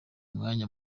mwanya